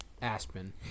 Aspen